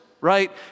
right